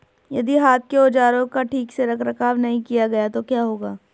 यदि हाथ के औजारों का ठीक से रखरखाव नहीं किया गया तो क्या होगा?